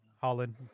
Holland